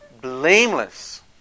Blameless